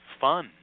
fun